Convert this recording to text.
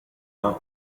are